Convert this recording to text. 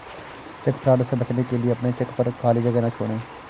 check fraud से बचने के लिए अपने चेक पर खाली जगह ना छोड़ें